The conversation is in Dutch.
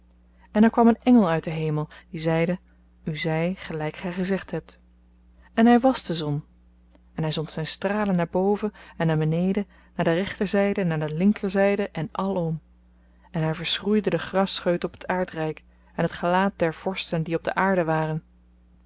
en er kwam een engel uit den hemel die zeide u zy gelyk gy gezegd hebt en hy wàs de zon en hy zond zyn stralen naar boven en naar beneden naar de rechterzyde en naar de linkerzyde en alom en hy verschroeide den grasscheut op het aardryk en het gelaat der vorsten die op de aarde waren